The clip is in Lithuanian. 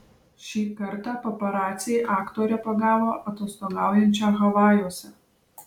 šį kartą paparaciai aktorę pagavo atostogaujančią havajuose